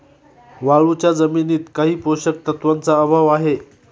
वाळूच्या जमिनीत काही पोषक तत्वांचा अभाव आहे